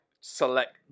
select